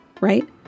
right